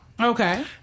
Okay